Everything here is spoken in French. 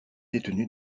détenu